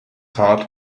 heart